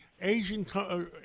Asian